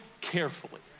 carefully